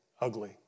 ugly